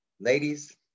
Ladies